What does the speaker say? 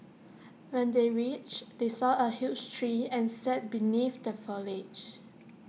when they reached they saw A huge tree and sat beneath the foliage